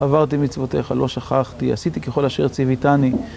עברתי מצוותיך, לא שכחתי, עשיתי ככל אשר ציוויתני.